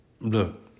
look